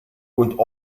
und